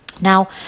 Now